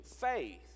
faith